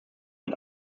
und